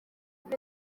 kuri